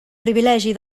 privilegi